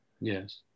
Yes